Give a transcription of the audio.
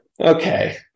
Okay